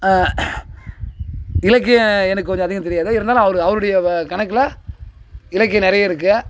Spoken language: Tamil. இலக்கியம் எனக்கு கொஞ்சம் அதிகம் தெரியாது இருந்தாலும் அவரு அவருடைய கணக்கில் இலக்கியம் நிறைய இருக்குது